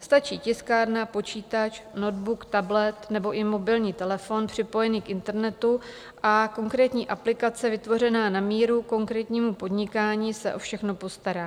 Stačí tiskárna, počítač, notebook, tablet nebo i mobilní telefon připojený k internetu a konkrétní aplikace vytvořená na míru konkrétnímu podnikání se o všechno postará.